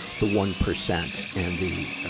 the one percent and the, ah,